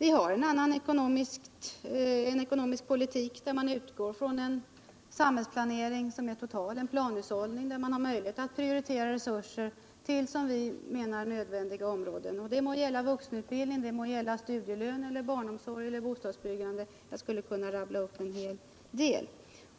Vi har en annan ekonomisk politik, där man utgår från en samhällsplanering som är total, en planhushållning där man har möjlighet att prioritera resurser till det som vi anser vara nödvändiga områden. Det må gälla vuxenutbildning, studielön, barnomsorg eller bostadsbyggande — jag skulle kunna nämna en hel del